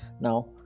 Now